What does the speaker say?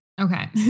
Okay